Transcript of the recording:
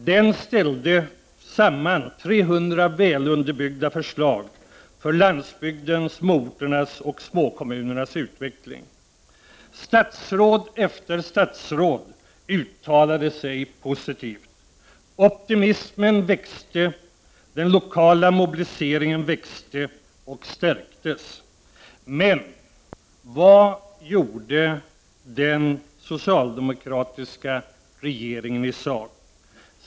Den ställde samman 300 välunderbyggda förslag för landsbygdens, småorternas och småkommunernas utveckling. Statsråd efter statsråd uttalade sig positivt. Optimismen växte. Den lokala mobiliseringen växte och stärktes! Vad gjorde den socialdemokratiska regeringen i sak?